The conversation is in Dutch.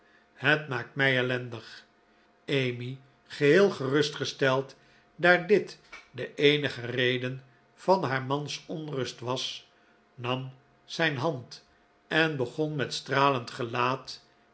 het maakt mij ellendig emmy geheel gerustgesteld daar dit de eenige reden van haar mans onrust was nam zijn hand en begon met stralend gelaat